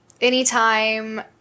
anytime